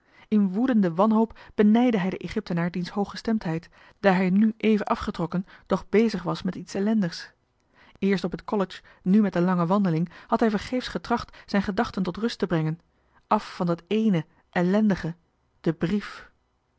in woedende wanhoop benijdde hij den egyptenaar diens hooggestemdheid daar hij nu even afgetrokken doch bezig was met iets ellendigs eerst op het college nu met een lange wandeling had hij vergeefs getracht zijn gedachten tot rust te brengen af van dat ééne ellendigs den brief